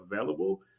available